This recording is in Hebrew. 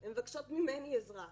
הן מבקשות ממני עזרה.